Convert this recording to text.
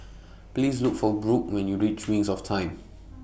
Please Look For Brooke when YOU REACH Wings of Time